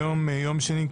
היום יום שני,